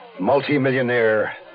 Multi-millionaire